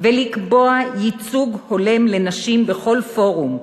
ולקבוע ייצוג הולם לנשים בכל פורום,